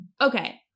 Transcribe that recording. Okay